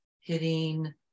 hitting